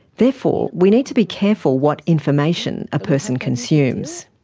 therefore, we need to be careful what information a person consumes.